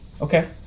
Okay